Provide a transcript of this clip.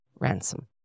ransom